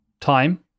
time